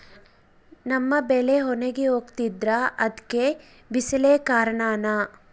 ನಮ್ಮ ಬೆಳೆ ಒಣಗಿ ಹೋಗ್ತಿದ್ರ ಅದ್ಕೆ ಬಿಸಿಲೆ ಕಾರಣನ?